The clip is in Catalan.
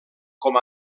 com